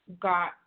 got